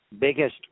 biggest